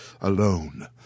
alone